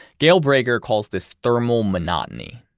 gail brager calls this thermal monotony.